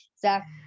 Zach